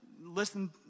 listen